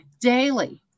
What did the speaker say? daily